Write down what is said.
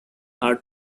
are